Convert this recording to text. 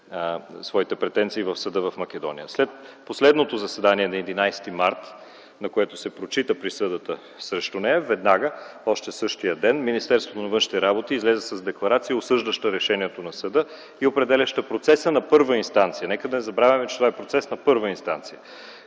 своите претенции в съда в Македония. След последното заседание на 11 март, на което се прочита присъдата срещу нея, веднага, още същия ден Министерството на външните работи излезе с декларация, осъждаща решението на съда и определяща процеса на първа инстанция. Нека да не забравяме, че това е процес на първа инстанция